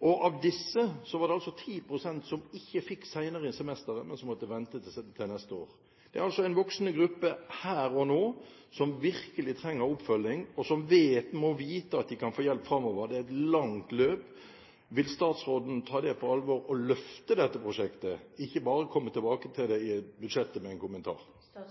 Av disse var det 10 pst. som ikke fikk senere i semesteret, men som måtte vente til neste år. Det er altså en voksende gruppe her og nå, som virkelig trenger oppfølging, og som må vite at de kan få hjelp fremover. Det er et langt løp. Vil statsråden ta det på alvor og løfte dette prosjektet, og ikke bare komme tilbake til det i budsjettet med en kommentar? Jeg